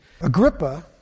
Agrippa